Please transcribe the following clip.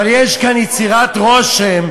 אבל יש כאן יצירת רושם,